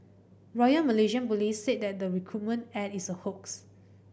Royal Malaysian Police said that the recruitment ad is a hoax